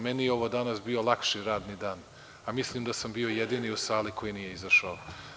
Meni je ovo danas bio lakši radni dan, a mislim da sam bio jedni u sali koji nije izašao.